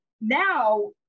now